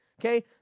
okay